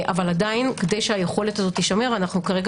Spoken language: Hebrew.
אבל עדיין כדי שהיכולת הזו תישמר אנחנו כרגע